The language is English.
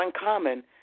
uncommon